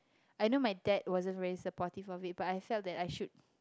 I know my dad wasn't very supportive of it but I felt that I should